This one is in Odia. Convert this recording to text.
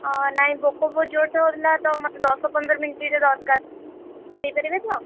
ଓ ନାଇ ଭୋକ ବହୁତ ଜୋର ସେ ହେଉଥିଲା ତ ମୋତେ ଦଶ ପନ୍ଦର ମିନିଟ୍ରେ ଦରକାର ଦେଇ ପାରିବେ ତ